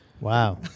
Wow